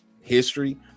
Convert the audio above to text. history